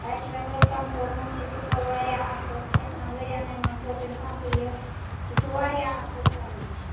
تَتہِ چھِ مےٚ لٔڑکَن پوٚرمُت تٔمۍ تہِ پوٚر واریاہ اَصٕل کینٛژَن ؤریَنٕے منٛز کوٚر تٔمۍ کَمپٕلیٖٹ سُہ چھُ واریاہ اَصٕل کالیج